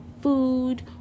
food